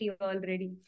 already